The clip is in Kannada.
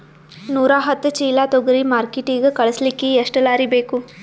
ನೂರಾಹತ್ತ ಚೀಲಾ ತೊಗರಿ ಮಾರ್ಕಿಟಿಗ ಕಳಸಲಿಕ್ಕಿ ಎಷ್ಟ ಲಾರಿ ಬೇಕು?